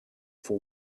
for